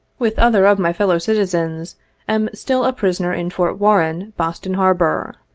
with other of my fellow-citizens, am still a prisoner in fort warren, boston harbor.